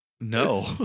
no